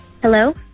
Hello